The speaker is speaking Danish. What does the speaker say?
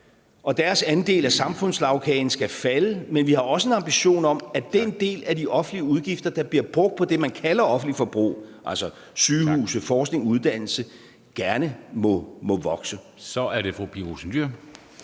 og deres andel af samfundslagkagen skal falde, men vi har også en ambition om, at den del af de offentlige udgifter, der bliver brugt på det, man kalder offentligt forbrug, altså sygehuse, forskning, uddannelse, gerne må vokse. Kl. 22:21 Første